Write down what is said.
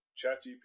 ChatGPT